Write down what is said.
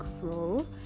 grow